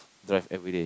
drive everyday